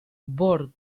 bord